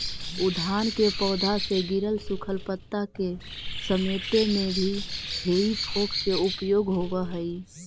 उद्यान के पौधा से गिरल सूखल पता के समेटे में भी हेइ फोक के उपयोग होवऽ हई